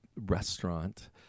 restaurant